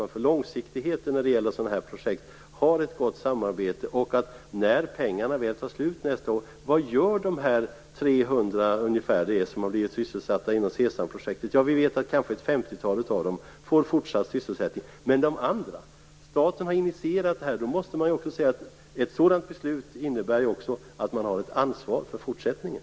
Men jag tror att det när det gäller sådana här projekt långsiktigt är väldigt viktigt att man har ett gott samarbete. Vad gör de ungefär 300 personer som har blivit sysselsatta inom SESAM-projektet när pengarna tar slut nästa år? Vi vet att kanske ett femtiotal av dem får fortsatt sysselsättning, men hur blir det med de andra? Staten har investerat i detta projekt, och då måste man också ha ett ansvar för fortsättningen.